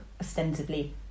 ostensibly